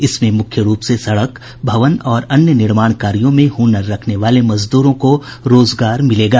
इसमें मुख्य रूप से सड़क भवन और अन्य निर्माण कार्यों में हनर रखने वाले मजदूरों को रोजगार मिलेगा